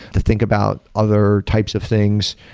to think about other types of things.